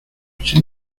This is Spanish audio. sin